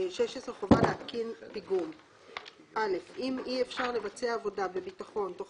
"חובה להתקין פיגום 16. (א)אם אי אפשר לבצע עבודה בביטחון תוך